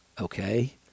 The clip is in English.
Okay